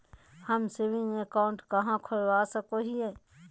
हम saving account कहाँ खोलवा सको हियै?